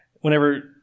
whenever